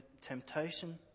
temptation